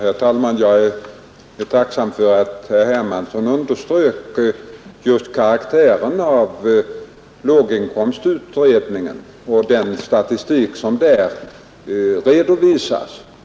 Herr talman! Jag är tacksam för att herr Hermansson i Stockholm underströk den karaktär som låginkomstutredningens statistik har.